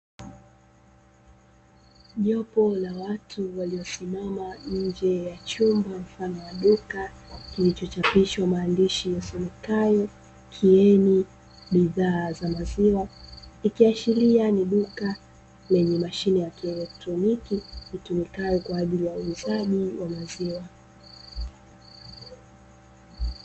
Jopo la watu waliosimama nje ya chumba mfano wa duka kilichochapishwa maandishi yasomekayo "Kieni bidhaa za maziwa", ikiashiria ni duka lenye mashine ya kieletroniki itumikayo kwa ajili ya uuzaji wa maziwa.